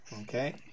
Okay